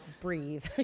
breathe